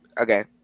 Okay